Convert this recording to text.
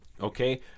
okay